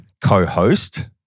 co-host